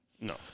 No